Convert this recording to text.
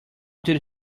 did